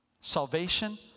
Salvation